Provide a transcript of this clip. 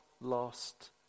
lost